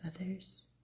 others